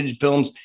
films